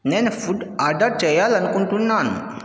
నేను food order చెయ్యాలనుకుంటున్నాను